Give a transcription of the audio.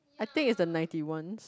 I think it's the ninety ones